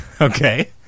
Okay